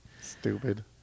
stupid